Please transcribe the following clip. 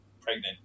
pregnant